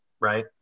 Right